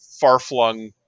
far-flung